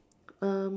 um